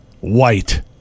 White